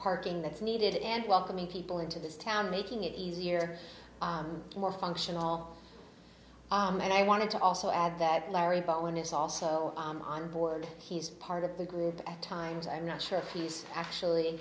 parking that's needed and welcoming people into this town making it easier and more functional and i wanted to also add that larry but one is also on board he's part of the group at times i'm not sure if he's actually